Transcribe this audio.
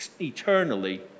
eternally